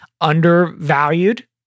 undervalued